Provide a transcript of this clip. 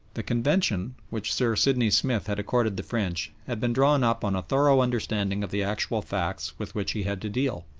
the convention which sir sidney smith had accorded the french had been drawn up on a thorough understanding of the actual facts with which he had to deal.